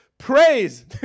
Praise